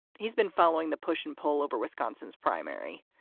he's been following the push and pull over wisconsin's primary.